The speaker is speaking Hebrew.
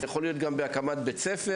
זה יכול להיות גם בהקמת בית ספר,